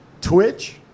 Twitch